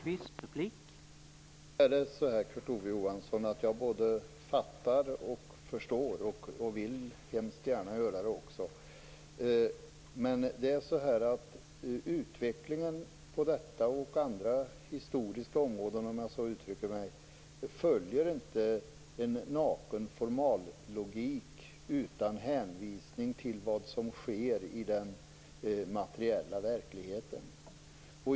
Herr talman! Det är väl så, Kurt Ove Johansson, att jag både fattar och förstår och väldigt gärna vill göra det också. Men utvecklingen på detta och andra historiska områden, om jag så får uttrycka mig, följer inte en naken formallogik utan hänvisning till vad som sker i den materiella verkligheten.